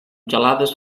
gelades